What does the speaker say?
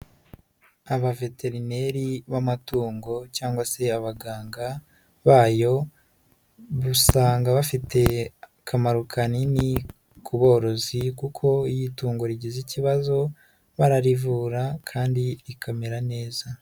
Abaveterineri b'amatungo cyangwa se abaganga bayo, usanga bafitiye akamaro kanini ku borozi, kuko iyo itungo rigize ikibazo bararivura kandi rikamera neza.